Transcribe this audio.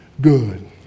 good